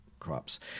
crops